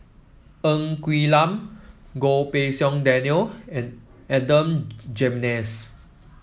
Ng Quee Lam Goh Pei Siong Daniel and Adan Jimenez